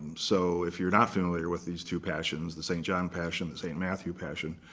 so if you're not familiar with these two passions, the st. john passion, the st. matthew passion,